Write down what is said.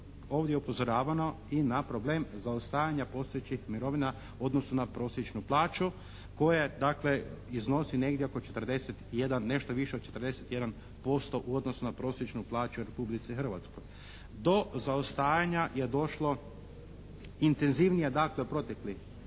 ovdje je upozoravano i na problem zaostajanja postojećih mirovina u odnosu na prosječnu plaću koja dakle iznosi negdje oko 41, nešto više od 41% u odnosu na prosječnu plaću u Republici Hrvatskoj. Do zaostajanja je došlo intenzivnije dakle